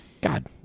God